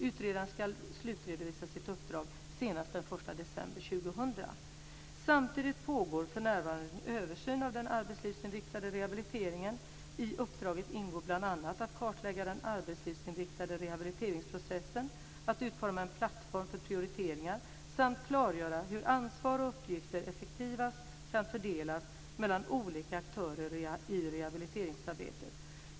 Utredaren ska slutredovisa sitt uppdrag senast den uppdraget ingår bl.a. att kartlägga den arbetslivsinriktade rehabiliteringsprocessen, att utforma en plattform för prioriteringar samt att klargöra hur ansvar och uppgifter effektivast kan fördelas mellan olika aktörer i rehabiliteringsarbetet.